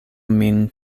min